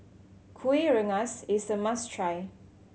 Kueh Rengas is a must try